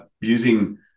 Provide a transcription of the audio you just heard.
using